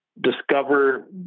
discover